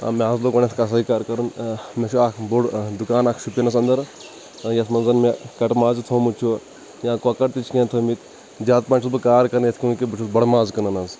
مےٚ حظ لوٚگ گۄڈٕنیٚتھ کَسٲے کار کَرُن ٲں مےٚ چھِ اَکھ بوٚڑ دُکان اَکھ شپینس اَنٛدر یَتھ منٛز مےٚ کَٹہٕ ماز تہِ تُھومُت چھُ یا کۄکَر تہِ چھِ مےٚ تھٲیِمٕتۍ زِیادٕ پَہن چھُس بہٕ کار کران یِتھ کنۍ کہِ بہٕ چھُس بَڑٕ ماز کٕنان حظ